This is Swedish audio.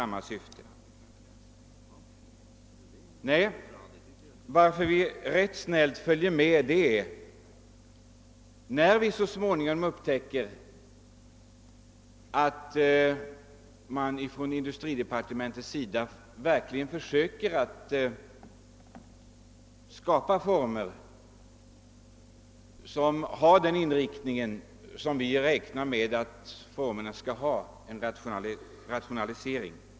Anledningen till att vi rätt snällt följer med är att vi hoppas på att industridepartementet verkligen försöker skapa möjligheter för en rationalisering.